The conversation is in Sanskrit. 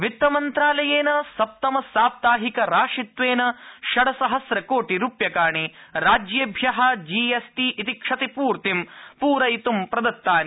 जीएसटी वित्तमन्त्रालयेन सप्तमसाप्ताहिकराशित्वेन षड़ सहम्र कोटि रूप्यकाणि राज्येभ्य जीएसटी क्षतिपूर्ति पूरयित्वं प्रदत्तानि